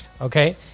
okay